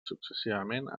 successivament